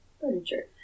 furniture